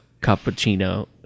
cappuccino